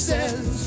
Says